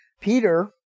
Peter